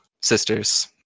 sisters